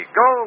go